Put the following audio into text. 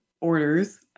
orders